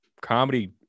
comedy